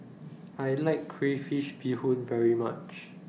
I like Crayfish Beehoon very much